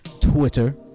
Twitter